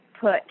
put